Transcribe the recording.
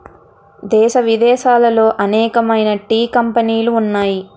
దేశ విదేశాలలో అనేకమైన టీ కంపెనీలు ఉన్నాయి